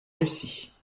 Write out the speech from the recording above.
russie